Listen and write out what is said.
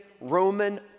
Roman